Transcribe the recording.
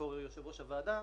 עודד פורר יושב-ראש הוועדה,